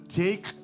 take